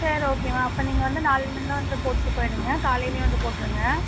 சரி ஓகேம்மா அப்போ நீங்கள் வந்து நாளையில் இருந்து வந்து போட்டு போயிடுங்க காலையிலேயே வந்து போட்டுருங்க